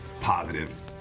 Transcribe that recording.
positive